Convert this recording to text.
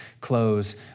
clothes